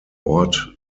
ort